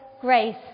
grace